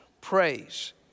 praise